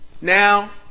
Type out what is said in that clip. now